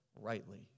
rightly